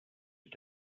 ist